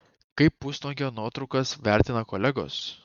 kaip pusnuogio nuotraukas vertina kolegos